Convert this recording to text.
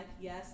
yes